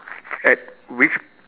at which